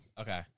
Okay